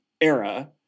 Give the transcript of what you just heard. era